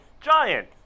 giant